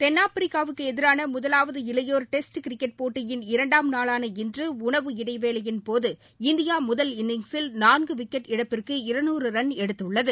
தென்னாப்பிரிக்காவிற்கு எதிரான முதலாவது இளையோர் கிரிக்கெட் போட்டியின் இரண்டாம் நாளான இன்று உணவு இடைவேளையின்போது இந்தியா முதல் இன்னின்சில விக்கெட் இழப்பிற்கு ரன் எடுத்துள்ளது